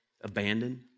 abandoned